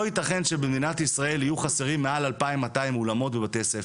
לא יתכן שבמדינת ישראל יהיו חסרים מעל אלפיים מאתיים אולמות בבתי ספר.